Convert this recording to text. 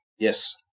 Yes